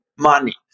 Money